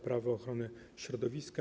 Prawo ochrony środowiska.